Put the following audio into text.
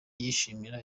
yishimira